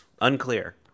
unclear